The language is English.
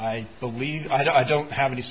i believe i don't have any